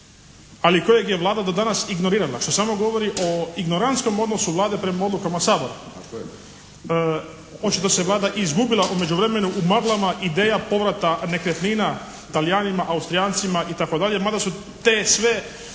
ali kojeg je Vlada do danas ignorirala što samo govori o ignorantskom odnosu Vlade prema odlukama Sabora. …/Upadica: Tako je./… Očito se Vlada i izgubila u međuvremenu u maglama ideja povrata nekretnina Talijanima, Austrijancima itd., mada su te sve